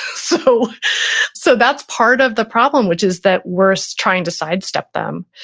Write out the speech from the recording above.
so so that's part of the problem, which is that we're so trying to sidestep them.